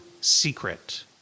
secret